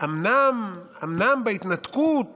אומנם בהתנתקות